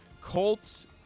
Colts